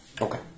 Okay